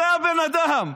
זה הבן אדם.